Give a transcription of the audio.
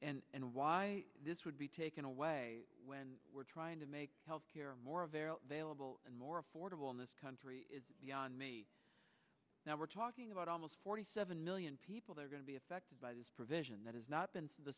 needs and why this would be taken away when we're trying to make health care more of a vailable and more affordable in this country is beyond me now we're talking about almost forty seven million people that are going to be affected by this provision that has not been t